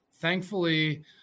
thankfully